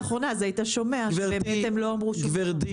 היית יודע ושומע שבאמת הם לא אמרו שום דבר.